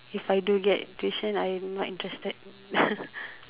if I do get tuition I'm not interested